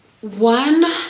one